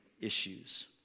issues